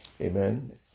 Amen